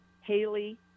Haley